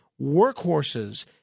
workhorses